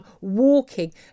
walking